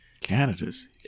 Canada's